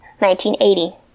1980